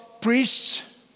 priests